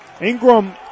Ingram